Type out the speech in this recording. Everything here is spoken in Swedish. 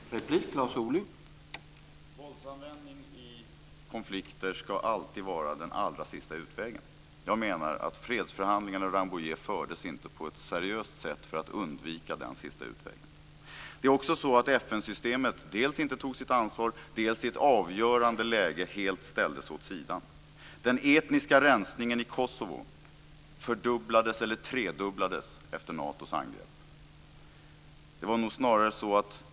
Herr talman! Våldsanvändning i konflikter ska alltid vara den allra sista utvägen. Jag menar att fredsförhandlingarna i Rambouillet inte fördes på ett seriöst sätt för att undvika den sista utvägen. Det är också så att FN-systemet dels inte tog sitt ansvar, dels i ett avgörande läge helt ställdes åt sidan. Den etniska rensningen i Kosovo fördubblades eller tredubblades efter Natos angrepp.